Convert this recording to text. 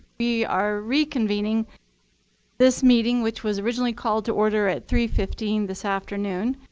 we are reconvening this meeting, which was originally called to order at three fifteen this afternoon,